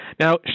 Now